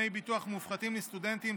דמי ביטוח מופחתים לסטודנטים),